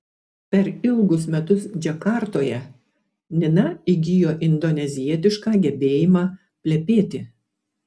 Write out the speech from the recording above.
per ilgus metus džakartoje nina įgijo indonezietišką gebėjimą plepėti